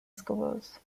schools